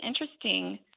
interesting